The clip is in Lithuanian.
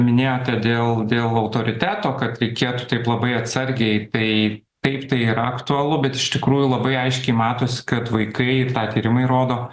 minėjote dėl dėl autoriteto kad reikėtų taip labai atsargiai tai kaip tai yra aktualu bet iš tikrųjų labai aiškiai matosi kad vaikai ir tą tyrimai rodo